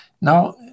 Now